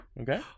okay